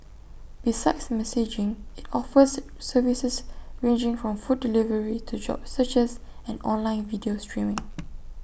besides messaging IT offers services ranging from food delivery to job searches and online video streaming